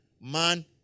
man